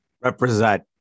Represent